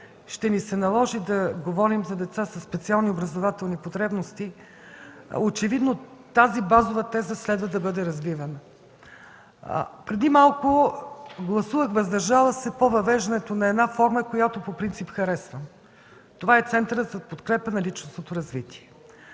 ще ни се наложи да говорим за деца със специални образователни потребности, очевидно тази базова теза следва да бъде развивана. Преди малко гласувах „въздържала се” по въвеждането на форма, която по принцип харесвам – Центърът за подкрепа на личностното развитие,